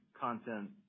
content